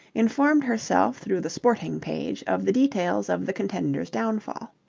informed herself through the sporting page of the details of the contender's downfall.